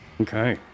okay